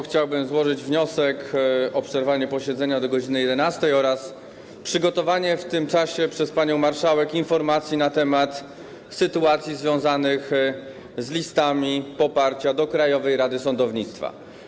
Chciałbym złożyć wniosek o przerwanie posiedzenia do godz. 11 oraz przygotowanie w tym czasie przez panią marszałek informacji na temat sytuacji związanej z listami poparcia do Krajowej Rady Sądownictwa.